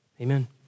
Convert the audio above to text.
Amen